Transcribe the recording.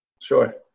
Sure